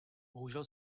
bohužel